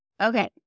Okay